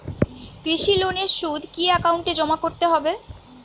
কৃষি লোনের সুদ কি একাউন্টে জমা করতে হবে?